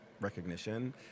recognition